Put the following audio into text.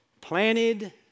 Planted